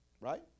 Right